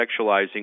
sexualizing